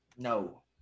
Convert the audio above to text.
No